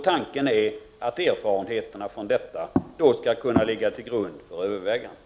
Tanken är att erfarenheterna från detta skall kunna ligga till grund för överväganden.